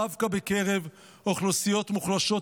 דווקא בקרב אוכלוסיות מוחלשות.